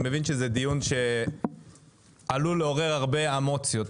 אני מבין שזה דיון שעלול לעורר הרבה אמוציות.